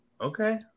Okay